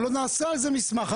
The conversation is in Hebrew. נעשה על זה מסמך.